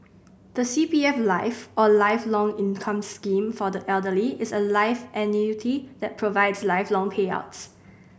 the C P F Life or Lifelong Income Scheme for the Elderly is a life annuity that provides lifelong payouts